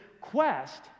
quest